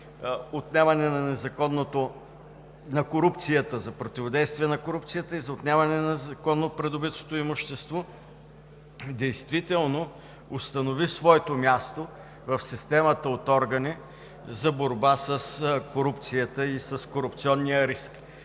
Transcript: кратко – завършвам. Комисията за противодействие на корупцията и за отнемане на незаконно придобитото имущество действително установи своето място в системата от органи за борба с корупцията и с корупционния риск.